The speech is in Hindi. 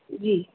जी